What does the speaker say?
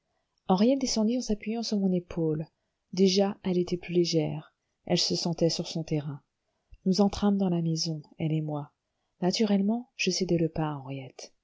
henriette descendit en s'appuyant sur mon épaule déjà elle était plus légère elle se sentait sur son terrain nous entrâmes dans la maison elle et moi naturellement je cédai le pas à